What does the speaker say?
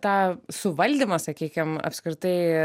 tą suvaldymą sakykim apskritai